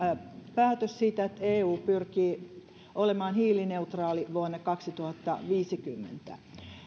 päätös siitä että eu pyrkii olemaan hiilineutraali vuonna kaksituhattaviisikymmentä